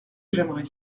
j’aimerai